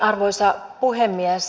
arvoisa puhemies